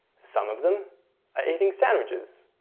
some of them are eating sandwiches.